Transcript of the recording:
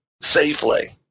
safely